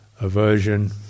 aversion